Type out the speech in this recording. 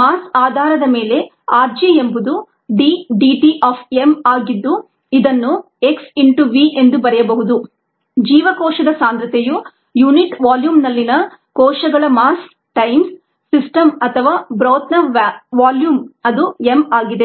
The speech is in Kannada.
ಮಾಸ್ ಆಧಾರದ ಮೇಲೆ r g ಎಂಬುದು d dt of m ಆಗಿದ್ದು ಇದನ್ನು x ಇಂಟು V ಎಂದು ಬರೆಯಬಹುದು ಜೀವಕೋಶದ ಸಾಂದ್ರತೆಯು ಯುನಿಟ್ ವಾಲ್ಯೂಮ್ನಲ್ಲಿನ ಕೋಶಗಳ ಮಾಸ್ times ಸಿಸ್ಟಮ್ ಅಥವಾ ಬ್ರೋತ್ ನ ವಾಲ್ಯೂಮ್ ಅದು m ಆಗಿದೆ